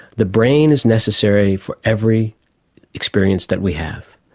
the brain is necessary for every experience that we have,